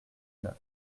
neuf